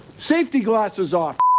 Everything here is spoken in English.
safety glasses off